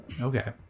Okay